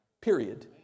Period